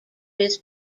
his